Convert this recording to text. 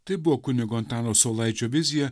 tai buvo kunigo antano saulaičio vizija